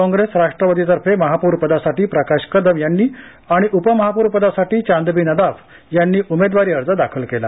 काँग्रेस राष्ट्रवादीतर्फे महापौरपदासाठी प्रकाश कदम यांनी आणि उपमहापौरपदासाठी चांदबी नदाफ यांनी उमेदवारी अर्ज दाखल केला